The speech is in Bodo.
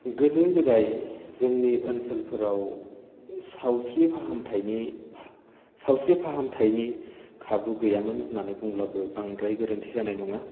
गोदो गोदाय जोंनि ओनसोलफोराव सावस्रि फाहामथायनि सावस्रि फाहामथायनि खाबु गैयामोन होन्नानै बुंब्लाबो बांद्राय गोरोन्थि जानाय नङा